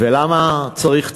ולמה צריך צרות,